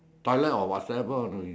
toilet or whatsoever you know you